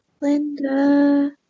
Linda